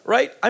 Right